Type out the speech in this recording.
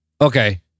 Okay